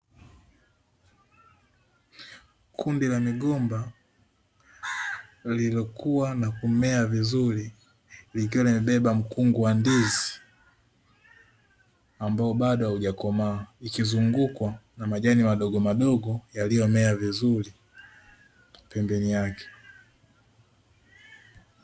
Kundi la migomba lililokua na kumea vizuri, likiwa limebeba mkungu wa ndizi, ambao bado haujakomaa, likizingukwa na majani madogomadogo yaliyomea vizuri pembeni yake.